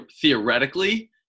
theoretically